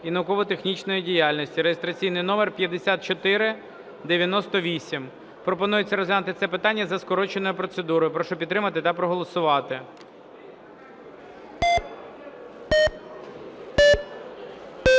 і науково-технічної діяльності (реєстраційний номер 5498). Пропонується розглянути це питання за скороченою процедурою. Прошу підтримати та проголосувати.